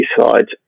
side